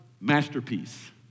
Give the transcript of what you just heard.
masterpiece